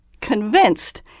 convinced